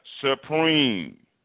Supreme